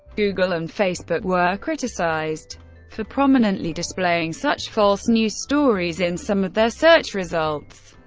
google and facebook were criticized for prominently displaying such false news stories in some of their search results.